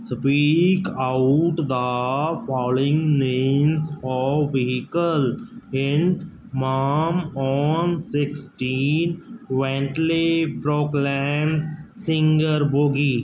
speak out the following names of vehicle hint mom on sixteen Bentley proclaim singer buggy